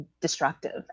destructive